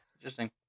Interesting